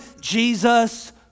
Jesus